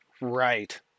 Right